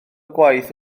waith